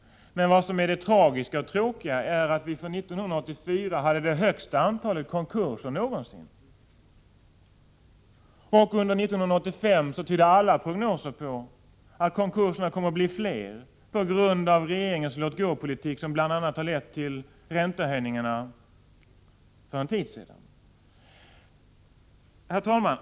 Men vad som är tragiskt och tråkigt är att vi 1984 hade det största antalet konkurser någonsin. Under 1985 tydde alla prognoser på att konkurserna kommer att bli fler på grund av regeringens låt-gå-politik, som bl.a. lett till räntehöjningarna för en tid sedan. Herr talman!